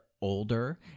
older